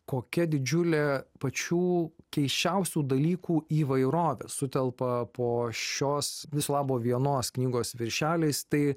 kokia didžiulė pačių keisčiausių dalykų įvairovė sutelpa po šios viso labo vienos knygos viršeliais tai